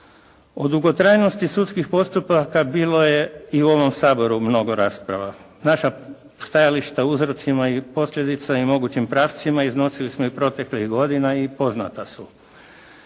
O dugotrajnosti sudskih postupaka bilo je i u ovom Saboru mnogo rasprava. Naša stajališta o uzrocima i posljedicama i mogućim pravcima iznosili smo i proteklih godina i poznata su.